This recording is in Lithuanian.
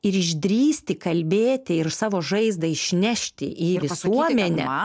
ir išdrįsti kalbėti ir savo žaizdą išnešti į visuomenę